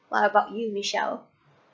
what about you michelle